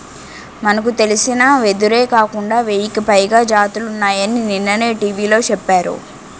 మనకు తెలిసిన వెదురే కాకుండా వెయ్యికి పైగా జాతులున్నాయని నిన్ననే టీ.వి లో చెప్పారు